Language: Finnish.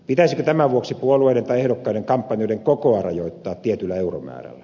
pitäisikö tämän vuoksi puolueiden tai ehdokkaiden kampanjoiden kokoa rajoittaa tietyllä euromäärällä